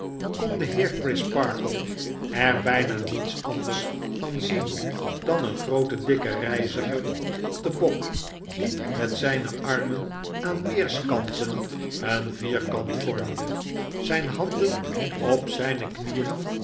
kon de heer crisparkle er buna niets anders van zien dan een grooten dikken reiziger op den bok die met zyn armen aan weerskanten een vierkant vormde zjjne handen op zijne knieen